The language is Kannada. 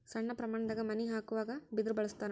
ಸಣ್ಣ ಪ್ರಮಾಣದಾಗ ಮನಿ ಹಾಕುವಾಗ ಬಿದರ ಬಳಸ್ತಾರ